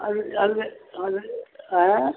ಅಲ್ಲಿ ಅಲ್ಲೇ ಅಲ್ಲೇ ಹಾಂ